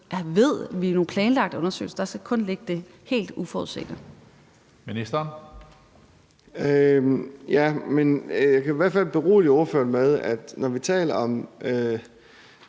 ligge nogen planlagte undersøgelser. Der skal kun ligge det helt uforudsete.